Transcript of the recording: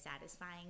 satisfying